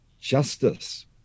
justice